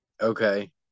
okay